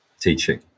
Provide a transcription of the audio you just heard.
teaching